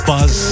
Buzz